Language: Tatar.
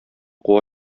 куа